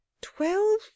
Twelve